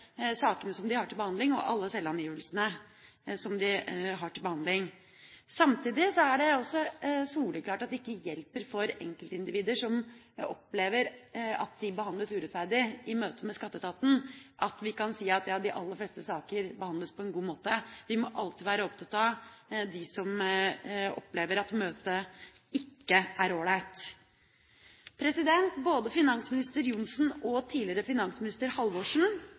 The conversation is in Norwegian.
sakene som de har til behandling, og alle selvangivelsene som de har til behandling. Samtidig er det soleklart at det ikke hjelper for enkeltindivider som opplever at de behandles urettferdig i møte med Skatteetaten, at vi kan si at de aller fleste saker behandles på en god måte. Vi må alltid være opptatt av dem som opplever at møtet ikke er all right. Både finansminister Johnsen og tidligere finansminister Halvorsen